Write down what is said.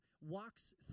walks